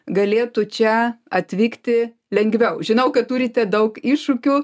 galėtų čia atvykti lengviau žinau kad turite daug iššūkių